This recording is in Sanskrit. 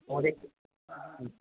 महोदय